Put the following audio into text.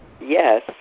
yes